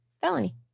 Felony